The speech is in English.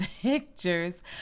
pictures